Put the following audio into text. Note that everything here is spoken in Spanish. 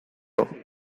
arreo